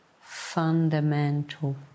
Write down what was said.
fundamental